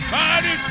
body